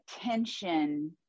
attention